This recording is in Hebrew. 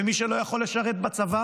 ומי שלא יכול לשרת בצבא,